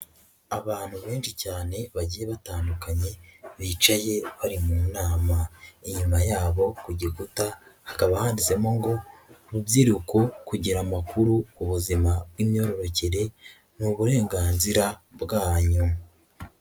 Abantu benshi cyane bagiye batandukanye bicaye bari mu nama, inyuma yabo ku gikuta hakaba handitsemo ngo urubyiruko kugira amakuru ku buzima bw'imyororokere, ni uburenganzira bwanyu.